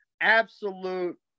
absolute